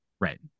right